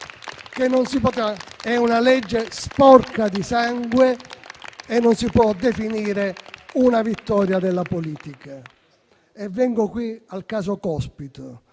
È una legge sporca di sangue e non si può definire una vittoria della politica. Vengo qui al caso Cospito.